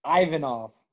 Ivanov